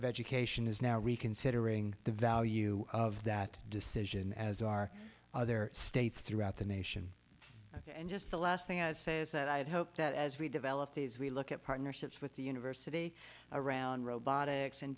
of education is now reconsidering the value of that decision as are other states throughout the nation and just the last thing i'd say is that i would hope that as we develop these we look at partnerships with the university around robotics and